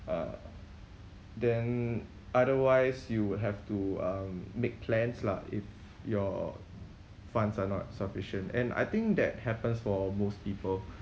uh then otherwise you would have to um make plans lah if your funds are not sufficient and I think that happens for most people